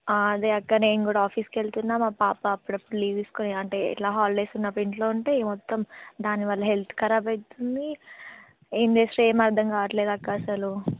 అదే అక్కడ నేను కూడా ఆఫీస్కి వెళ్తున్నాను మా పాప అప్పుడప్పుడు లీవ్ తీసుకుని అంటే ఇలా హాలిడేస్ ఉన్నప్పు ఇంట్లో ఉంటే మొత్తం దానివల్ల హెల్త్ ఖరాబ్ అవుతోంది ఏం చేస్తాం ఏం అర్థం కావట్లేదు అక్క అసలు